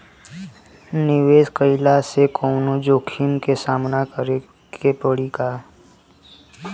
निवेश कईला से कौनो जोखिम के सामना करे क परि का?